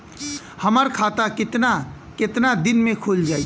हमर खाता कितना केतना दिन में खुल जाई?